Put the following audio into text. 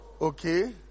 Okay